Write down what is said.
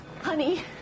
Honey